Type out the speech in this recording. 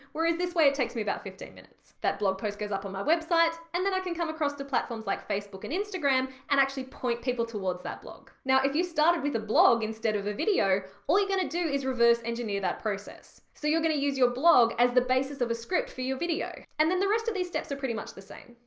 whereas this way it takes me about fifteen minutes. that blog post goes up on my website and then i can come across to platforms like facebook and instagram and actually point people towards that blog. now if you started with a blog instead of a video, all you're going to do is reverse engineer that process. so you're going to use your blog as the basis of a script for your video, and then the rest of these steps are pretty much the same.